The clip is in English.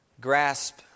grasp